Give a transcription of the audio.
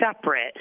separate